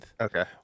okay